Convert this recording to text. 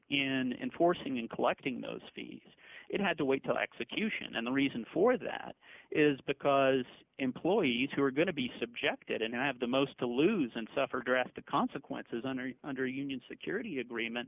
in enforcing and collecting those fees it had to wait to execution and the reason for that is because employees who are going to be subjected and have the most to lose and suffer drastic consequences under under a union security agreement